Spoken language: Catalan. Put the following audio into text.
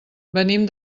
venim